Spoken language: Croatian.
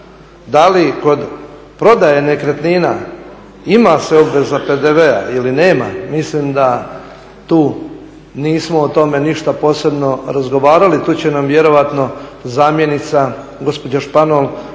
da li prodaje nekretnina ima se obveza PDV-a ili nema mislim da tu nismo o tome ništa posebno razgovarali. Tu će nam vjerojatno zamjenica gospođa Španjol